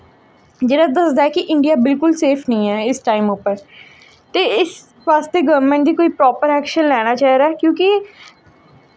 जेह्ड़ा दसदा ऐ कि इंडिया बिल्कुल सेफ निं ऐ इस टाइम उप्पर ते इस बास्तै गौरमैंट दी कोई प्रापर ऐक्शन लैना चाहिदा क्यूंकि